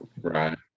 right